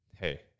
hey